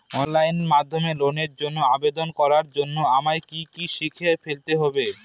Online মাধ্যমে লোনের জন্য আবেদন করার জন্য আমায় কি কি শিখে ফেলতে হবে?